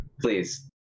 please